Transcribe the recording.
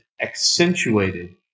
accentuated